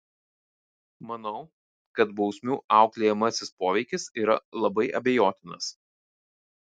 manau kad bausmių auklėjamasis poveikis yra labai abejotinas